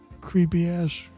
creepy-ass